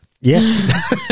Yes